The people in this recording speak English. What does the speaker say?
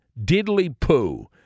diddly-poo